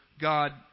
God